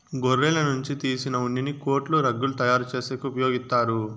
గొర్రెల నుంచి తీసిన ఉన్నిని కోట్లు, రగ్గులు తయారు చేసేకి ఉపయోగిత్తారు